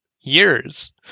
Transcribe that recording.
years